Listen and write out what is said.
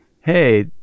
hey